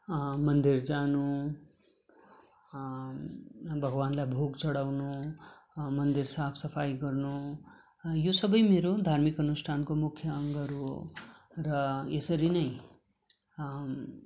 मन्दिर जानु भगवान्लाई भोग चढाउनु मन्दिर साफ सफाइ गर्नु यो सबै मेरो धार्मिक अनुष्ठानको मुख्य अङ्गहरू हो र यसरी नै